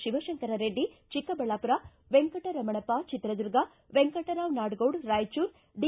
Shivashankar Reddy Chikkaballapur Venkata Ramanappa Chitradurga Venkatrao Nadagouda Raichur D